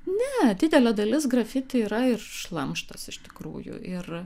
ne didelė dalis grafiti yra ir šlamštas iš tikrųjų ir